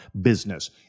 business